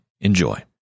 Enjoy